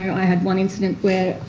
i had one incident where,